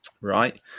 Right